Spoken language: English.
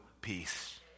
peace